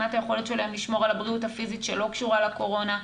מבחינת היכולת שלהם לשמור על הבריאות הפיזית שלא קשורה לקורונה?